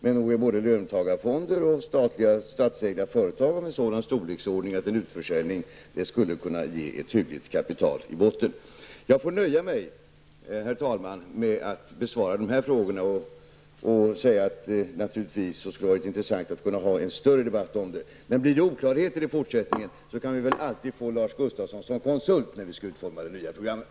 Men nog är både löntagarfonder och statsägda företag av en sådan storleksordning att en utförsäljning skulle kunna ge ett hyggligt kapital i botten. Jag får nöja mig med att besvara de här frågorna och säga att det naturligtvis skulle ha varit intressant att kunna ha en större debatt om det. Om det blir oklarhet i fortsättningen kan vi väl alltid få Lars Gustafsson som konsult när vi skall utforma det nya programmet.